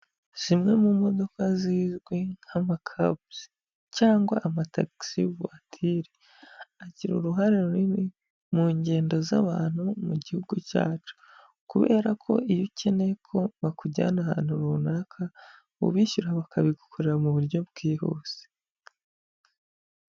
Zimwe mu modoka zizwi nk'amakabuzi cyangwa amatagisi vuwatire, agira uruhare runini mu ngendo z'abantu mu gihugu cyacu, kubera ko iyo ukeneye ko bakujyana ahantu runaka, ubishyura bakabigukorera mu buryo bwihuse.